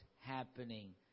happening